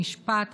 המשפט,